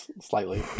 slightly